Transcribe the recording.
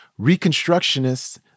Reconstructionists